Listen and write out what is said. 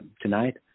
tonight